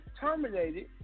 terminated